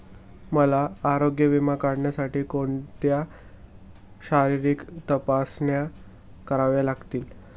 मला आरोग्य विमा काढण्यासाठी कोणत्या शारीरिक तपासण्या कराव्या लागतील?